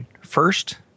FIRST